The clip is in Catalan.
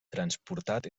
transportat